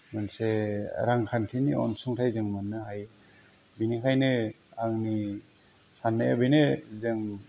मोनसे रांखान्थिनि अनसुंथाइ जों मोननो हायो बिनिखायनो आंनि साननाया बेनो जों